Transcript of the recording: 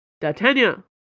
D'Artagnan